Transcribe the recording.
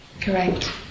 Correct